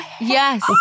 Yes